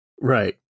right